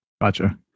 Gotcha